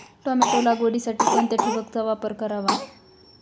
Tomato लागवडीसाठी कोणत्या ठिबकचा वापर करावा?